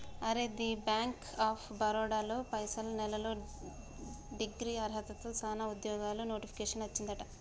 అరే the bank of Baroda లో పైన నెలలో డిగ్రీ అర్హతతో సానా ఉద్యోగాలు నోటిఫికేషన్ వచ్చిందట